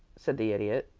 said the idiot,